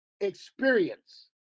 experience